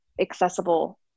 accessible